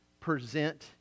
present